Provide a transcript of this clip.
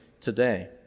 today